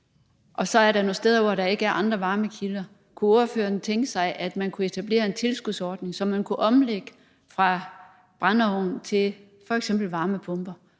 Og så er der nogle steder, hvor der ikke er andre varmekilder. Kunne ordføreren tænke sig, at der kunne etableres en tilskudsordning, så man kunne omlægge fra brændeovn til f.eks. varmepumpe